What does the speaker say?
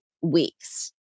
weeks